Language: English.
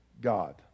God